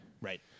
Right